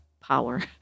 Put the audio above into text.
power